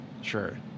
Sure